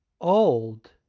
old